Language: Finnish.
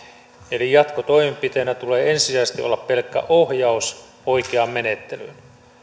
eli jatkotoimenpiteenä tulee ensisijaisesti olla pelkkä ohjaus oikeaan menettelyyn